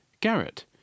Garrett